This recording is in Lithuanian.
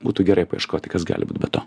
būtų gerai paieškoti kas gali būt be to